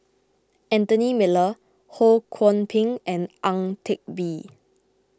Anthony Miller Ho Kwon Ping and Ang Teck Bee